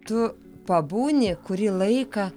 tu pabūni kurį laiką